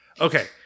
Okay